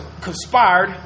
conspired